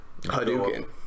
Hadouken